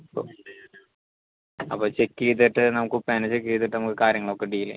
ഇപ്പോൾ അപ്പോൾ ചെക്ക് ചെയ്തിട്ട് നമുക്ക് ഉപ്പേനെ ചെക്ക് ചെയ്തിട്ട് നമുക്ക് കാര്യങ്ങളൊക്കെ ഡീല് ചെയ്യാം